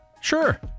Sure